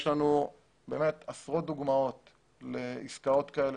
יש לנו עשרות דוגמאות לעסקאות כאלה